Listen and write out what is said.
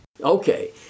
Okay